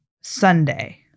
Sunday